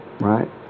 right